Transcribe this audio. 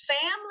family